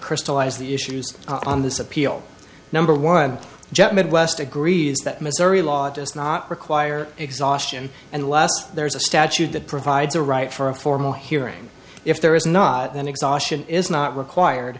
crystallize the issues on this appeal number one jet midwest agrees that missouri law does not require exhaustion unless there is a statute that provides a right for a formal hearing if there is not then exhaustion is not required